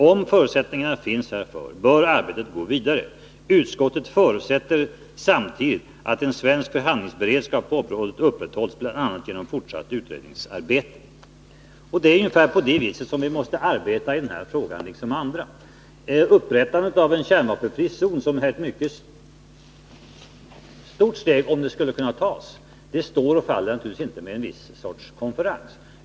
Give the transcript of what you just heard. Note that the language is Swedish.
Om förutsättningar finns härför bör arbetet gå vidare. Utskottet förutsätter samtidigt att en svensk förhandlingsberedskap på området upprätthålls, bl.a. genom fortsatt utredningsarbete.” Det är ungefär på det sättet vi måste arbeta i den här frågan liksom i andra. Upprättandet av en kärnvapenfri zon, som är ett mycket stort steg om det skulle kunna tas, står och faller naturligtvis inte med en viss sorts konferens.